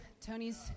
Tony's